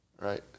right